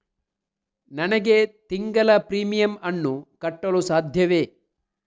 ನನಗೆ ತಿಂಗಳ ಪ್ರೀಮಿಯಮ್ ಅನ್ನು ಕಟ್ಟಲು ಸಾಧ್ಯವೇ?